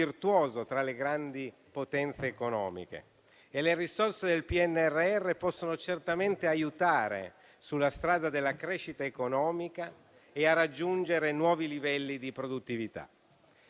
tra le grandi potenze economiche. Le risorse del PNRR possono certamente aiutare sulla strada della crescita economica e a raggiungere nuovi livelli di produttività.